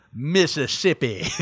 Mississippi